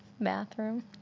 bathroom